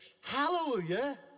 hallelujah